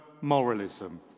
moralism